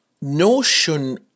notion